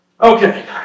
Okay